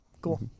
Cool